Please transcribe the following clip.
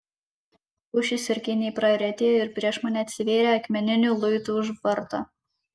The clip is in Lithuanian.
pušys ir kėniai praretėjo ir prieš mane atsivėrė akmeninių luitų užvarta